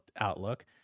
outlook